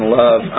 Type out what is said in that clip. love